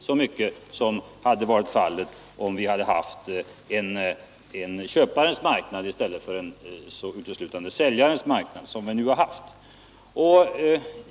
Situationen hade varit en annan om vi hade haft en köparens marknad i stället för uteslutande en säljarens marknad, som vi nu har haft.